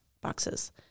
boxes